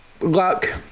luck